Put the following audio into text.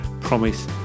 promise